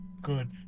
good